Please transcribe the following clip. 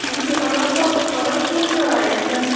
اور یہ الگ کلر کون سے آ رہے ہیں اِس میں